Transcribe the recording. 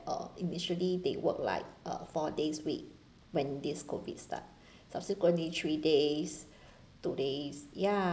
uh initially they work like uh four days week when this COVID start subsequently three days two days ya